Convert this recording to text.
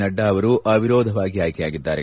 ನಡ್ಡಾ ಅವರು ಅವಿರೋಧವಾಗಿ ಆಯ್ಕೆಯಾಗಿದ್ದಾರೆ